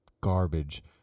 garbage